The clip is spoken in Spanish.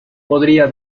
podría